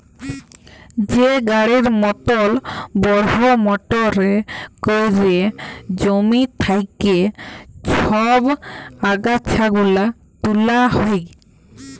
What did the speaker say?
যে গাড়ির মতল বড়হ মটরে ক্যইরে জমি থ্যাইকে ছব আগাছা গুলা তুলা হ্যয়